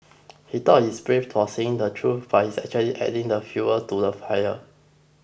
he thought he's brave for saying the truth but he's actually adding fuel to the fire